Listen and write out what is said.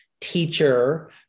teacher